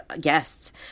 guests